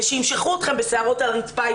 ושימשכו אתכן בשערות על הרצפה,